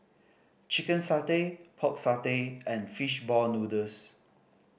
chicken satay Pork Satay and fish ball noodles